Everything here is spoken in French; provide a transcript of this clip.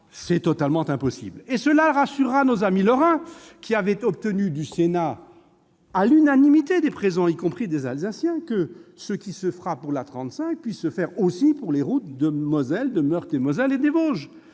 c'est totalement impossible. Cela rassurera nos amis lorrains, qui avaient obtenu du Sénat, à l'unanimité des présents, y compris des Alsaciens, que ce qui se fera pour l'A35 puisse se faire aussi pour les routes de Moselle, de Meurthe-et-Moselle et des Vosges.